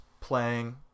playing